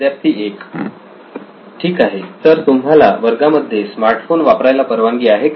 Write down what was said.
विद्यार्थी 1 ठीक आहे तर तुम्हाला वर्गामध्ये स्मार्टफोन वापरायला परवानगी आहे का